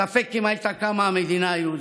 ספק אם הייתה קמה המדינה היהודית.